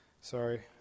Sorry